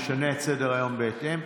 נשנה את סדר-היום בהתאם.